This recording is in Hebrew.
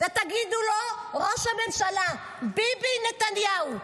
ותגידו לו: ראש הממשלה ביבי נתניהו,